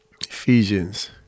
Ephesians